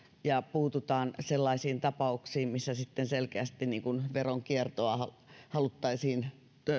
ja puututaan sellaisiin tapauksiin missä selkeästi veronkiertoa haluttaisiin